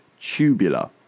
Tubular